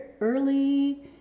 early